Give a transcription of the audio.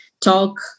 talk